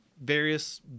various